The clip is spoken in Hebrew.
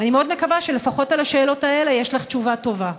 ואני מאוד מקווה שלפחות על השאלות האלו יש לך תשובה טובה.